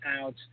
out